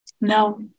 No